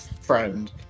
friend